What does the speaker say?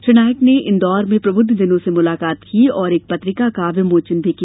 श्री नाइक ने इंदौर में प्रबुद्ध जनों से मुलाकात की और एक पत्रिका का विमोचन भी किया